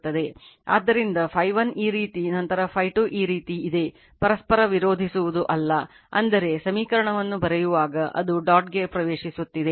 ಆದ್ದರಿಂದ Φ1 ಈ ರೀತಿ ನಂತರ Φ2 ಈ ರೀತಿ ಇದೆ ಪರಸ್ಪರ ವಿರೋಧಿಸುವುದು ಅಲ್ಲ ಅಂದರೆ ಸಮೀಕರಣವನ್ನು ಬರೆಯುವಾಗ ಅದು ಡಾಟ್ ಗೆ ಪ್ರವೇಶಿಸುತ್ತಿದೆ